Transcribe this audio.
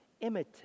imitate